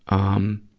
um,